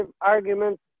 arguments